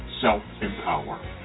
self-empower